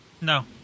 No